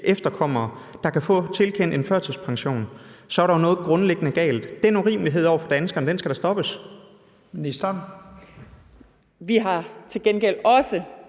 efterkommere, der har fået tilkendt en førtidspension, er der jo noget grundlæggende galt. Den urimelighed over for danskerne skal da stoppes.